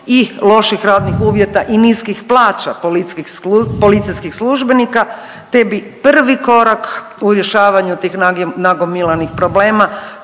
i loših radnih uvjeta i niskih plaća policijskih službenika te bi prvi korak u rješavanju tih nagomilanih problema